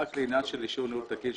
זה רק לעניין של אישור ניהול תקין.